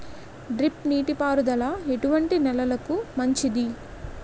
Drip నీటి పారుదల ఎటువంటి నెలలకు మంచిది?